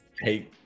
hey